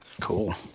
cool